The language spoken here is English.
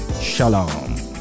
shalom